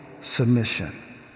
submission